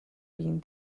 being